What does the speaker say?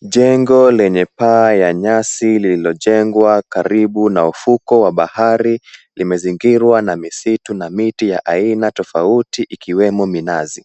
Jengo lenye paa ya nyasi lililojengwa karibu na ufuko wa bahari limezingirwa na misitu na miti ya aina tofauti ikiwemo minazi.